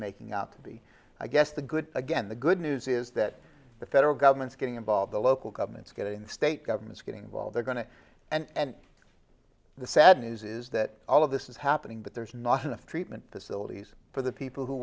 making out to be i guess the good again the good news is that the federal government's getting involved the local governments getting the state governments getting involved are going to and the sad news is that all of this is happening but there's not enough treatment facilities for the people who